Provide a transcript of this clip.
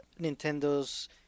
nintendo's